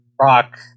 rock